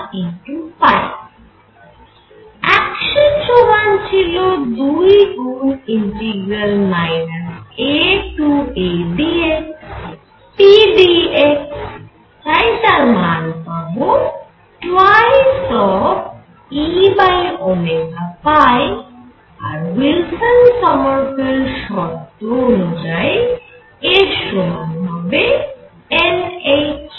action সমান ছিল 2 গুন AApdx তাই তার মান পাবো 2E আর উইলসন সমারফেল্ড শর্ত অনুযায়ী এর সমান হবে n h